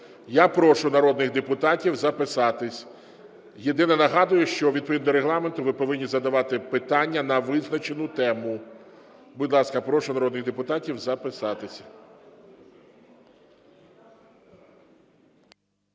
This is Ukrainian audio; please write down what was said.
Я прошу народних депутатів записатись. Єдине, нагадую, що відповідно до Регламенту ви повинні задавати питання на визначену тему. Будь ласка, прошу народних депутатів записатись.